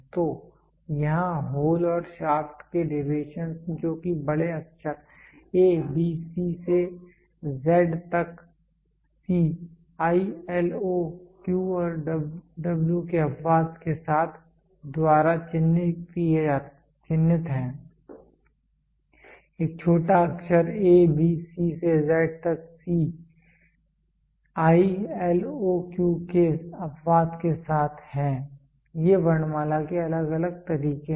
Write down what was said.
तो यहाँ होल और शाफ्ट के डेविएशन जो कि बड़े अक्षर A B C से Z तक C I L O Q और W के अपवाद के साथ द्वारा चिह्नित हैं एक छोटा अक्षर a b c से z तक c i l o q के अपवाद के साथ हैं ये वर्णमाला के अलग अलग तरीके हैं